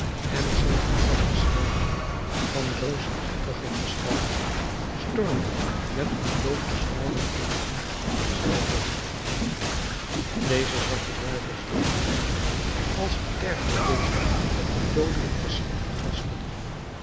en zeven zwarten slaven van reusachtige gestalte stormden met ontbloote zwaarden in de hand de zaal binnen deze zwarte duivels wierpen zich als getergde leeuwen op de doodelijk verschrikte gasten